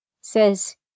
says